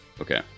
Okay